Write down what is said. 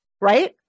right